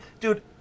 Dude